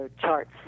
charts